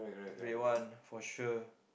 red one for sure